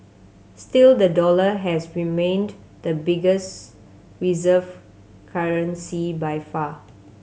still the dollar has remained the biggest reserve currency by far